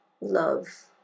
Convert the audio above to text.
love